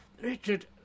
Richard